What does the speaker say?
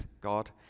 God